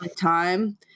time